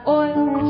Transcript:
oil